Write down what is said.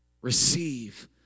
Receive